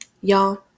Y'all